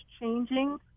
changing